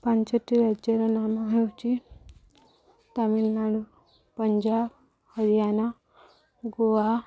ପାଞ୍ଚଟି ରାଜ୍ୟର ନାମ ହେଉଛି ତାମିଲନାଡ଼ୁ ପଞ୍ଜାବ ହରିୟାନା ଗୋଆ